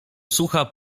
sucha